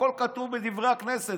הכול כתוב בדברי הכנסת.